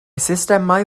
systemau